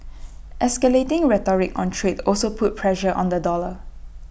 escalating rhetoric on trade also put pressure on the dollar